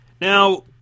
Now